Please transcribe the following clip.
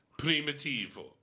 Primitivo